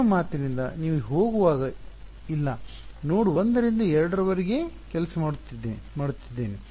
ನಿಮ್ಮ ಮಾತಿನಿಂದ ನೀವು ಹೋಗುವಾಗ ಇಲ್ಲ ನಾನು ನೋಡ್ 1 ರಿಂದ 2 ರವರೆಗೆ ಕೆಲಸ ಮಾಡುತ್ತಿದ್ದೇನೆ